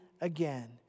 again